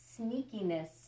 sneakiness